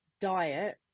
diet